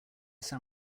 san